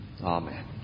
Amen